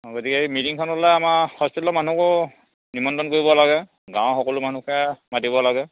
গতিকে এই মিটিঙখনলৈ আমাৰ হস্পিটেলৰ মানুহকো নিমন্ত্ৰণ কৰিব লাগে গাঁওৰ সকলো মানুহকে মাতিব লাগে